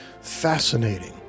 fascinating